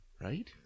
Right